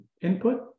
input